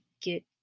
get